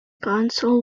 council